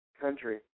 country